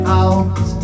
out